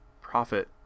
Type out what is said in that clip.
profit